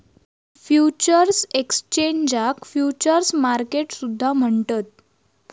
futures एक्सचेंजाक futures market सुद्धा म्हणतत